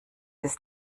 ist